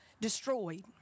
destroyed